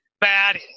bad